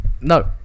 No